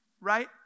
right